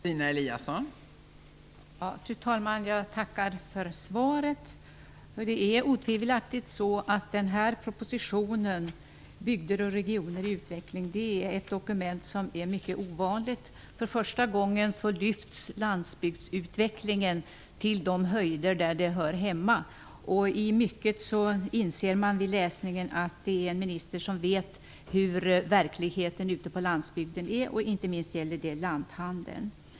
Fru talman! Jag tackar för svaret. Denna proposition, Bygder och regioner i utveckling, är otvivelaktigt ett mycket ovanligt dokument. För första gången lyfts landsbygdsutvecklingen till de höjder där den hör hemma. I mycket inser man vid läsningen att ministern känner verkligheten på landsbygden, inte minst när det gäller lanthandeln.